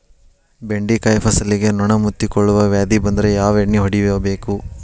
ಬೆಂಡೆಕಾಯ ಫಸಲಿಗೆ ನೊಣ ಮುತ್ತಿಕೊಳ್ಳುವ ವ್ಯಾಧಿ ಬಂದ್ರ ಯಾವ ಎಣ್ಣಿ ಹೊಡಿಯಬೇಕು?